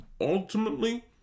ultimately